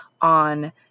on